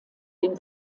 den